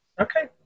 okay